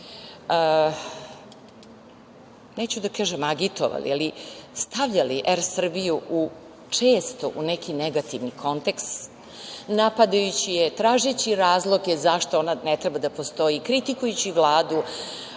neću da kažem agitovali, ali stavljali „Er Srbiju“ često u neki negativni kontekst, napadajući je, tražeći razloge zašto ona ne treba da postoji, kritikujući Vladu,